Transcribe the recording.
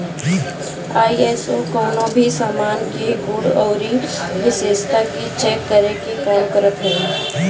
ISO कवनो भी सामान के गुण अउरी विशेषता के चेक करे के काम करत हवे